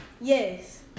Yes